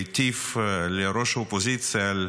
והטיף לראש האופוזיציה על